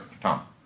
Tom